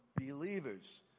believers